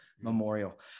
Memorial